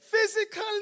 physically